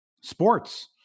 sports